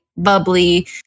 Bubbly